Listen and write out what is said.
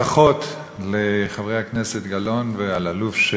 ברכות לחברי הכנסת גלאון ואלאלוף,